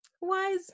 Wise